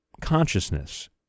consciousness